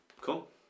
Cool